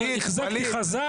החזקתי חזק.